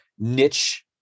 niche